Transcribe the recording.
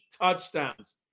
touchdowns